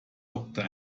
doktor